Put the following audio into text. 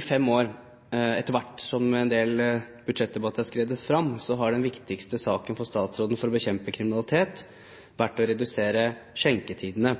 I fem år, etter hvert som en del budsjettdebatter har blitt gjennomført, har den viktigste saken for statsråden for å bekjempe kriminalitet vært å redusere skjenketidene.